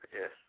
Yes